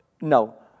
no